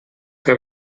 que